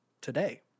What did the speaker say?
today